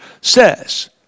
says